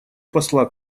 посла